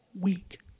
week